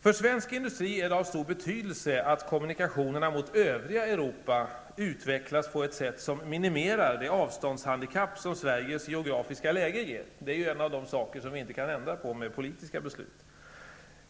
För svensk industri är det av stor betydelse att kommunikationerna mot övriga Europa utvecklas på ett sätt som minimerar det avståndshandikapp som Sveriges geografiska läge ger. Det är en av de saker vi inte kan ändra på med politiska beslut.